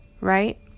right